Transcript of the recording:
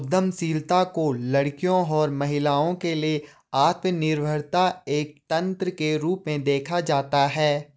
उद्यमशीलता को लड़कियों और महिलाओं के लिए आत्मनिर्भरता एक तंत्र के रूप में देखा जाता है